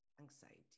anxiety